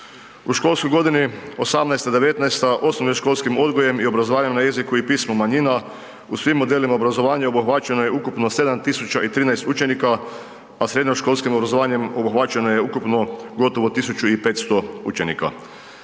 U školskoj godini 2018.-2019.osnovno školskim odgojem i obrazovanjem na jeziku i pismu manjina u svim modelima obrazovanja obuhvaćeno je ukupno 7.013 učenika, a srednjoškolskim obrazovanjem obuhvaćeno je ukupno gotovo 1.500 učenika.